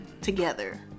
together